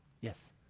Yes